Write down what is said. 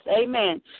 Amen